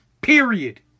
Period